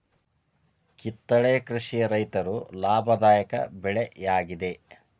ಕಿತ್ತಳೆ ಕೃಷಿಯ ರೈತರು ಲಾಭದಾಯಕ ಬೆಳೆ ಯಾಗಿದೆ